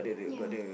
ya